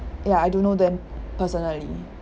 ya I don't know them personally